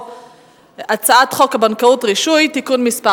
הצעת חוק הבנקאות (רישוי) (תיקון מס'